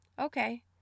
Okay